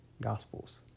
gospels